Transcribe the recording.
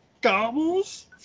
Gobbles